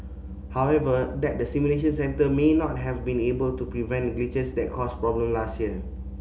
however that the simulation centre may not have been able to prevent glitches that caused problems last year